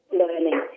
learning